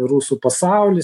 rusų pasaulis